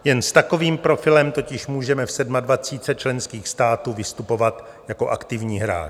Jen s takovým profilem totiž můžeme v sedmadvacítce členských států vystupovat jako aktivní hráč.